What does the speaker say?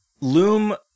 Loom